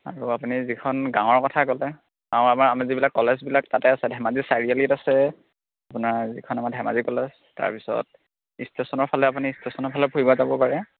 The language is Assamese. আৰু আপুনি যিখন গাঁৱৰ কথা ক'লে গাঁৱৰ আমাৰ আমাৰ যিবিলাক কলেজবিলাক তাতে আছে ধেমাজি চাৰিআলিত আছে আপোনাৰ যিখন আমাৰ ধেমাজি কলেজ তাৰপিছত ষ্টেচনৰ ফালে আপুনি ষ্টেচনৰ ফালে ফুৰিব যাব পাৰে